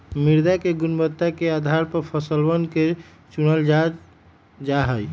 मृदा के गुणवत्ता के आधार पर फसलवन के चूनल जा जाहई